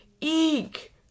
Eek